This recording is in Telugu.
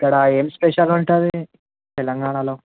ఇక్కడ ఏమి స్పెషల్ ఉంటుంది తెలంగాణలో